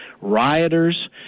Rioters